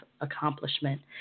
accomplishment